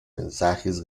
mensajes